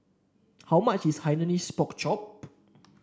how much is Hainanese Pork Chop